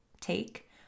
take